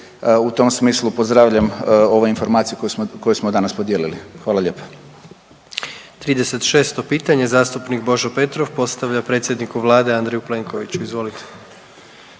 u tom smislu pozdravljam ove informacije koje smo, koje smo danas podijelili, hvala lijepa. **Jandroković, Gordan (HDZ)** 36. pitanje zastupnik Božo Petrov postavlja predsjedniku vlade Andreju Plenkoviću, izvolite.